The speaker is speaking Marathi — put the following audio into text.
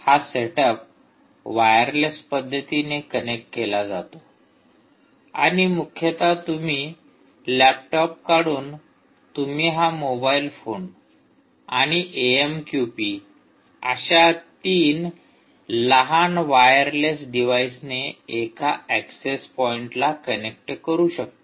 हा सेटअप वायरलेस पद्धतीने कनेक्ट केला जातो आणि मुख्यतः तुम्ही लॅपटॉप काढून तुम्ही हा मोबाईल फोन आणि एएमक्यूपी अशा तीन लहान वायरलेस डिव्हाईसने एका एक्सेस पॉइंटला कनेक्ट करू शकता